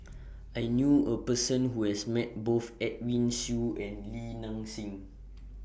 I knew A Person Who has Met Both Edwin Siew and Li Nanxing